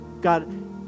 God